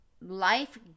life